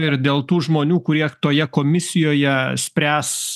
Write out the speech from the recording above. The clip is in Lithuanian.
ir dėl tų žmonių kurie toje komisijoje spręs